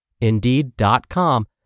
Indeed.com